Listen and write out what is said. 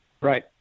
Right